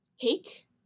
take